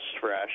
fresh